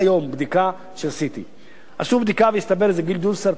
בדיקה של CT. עשו בדיקה והסתבר שזה גידול סרטני.